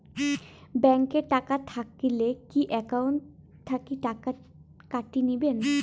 Bank এ টাকা থাকিলে কি একাউন্ট থাকি টাকা কাটি নিবেন?